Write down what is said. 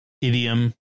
idiom